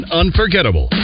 unforgettable